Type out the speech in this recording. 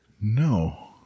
No